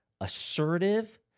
assertive